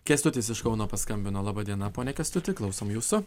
kęstutis iš kauno paskambino laba diena pone kęstuti klausom jūsų